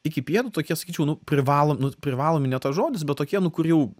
iki pietų tokie sakyčiau nu privalo nu privalomi ne tas žodis bet tokie nu kur jau